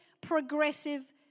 progressive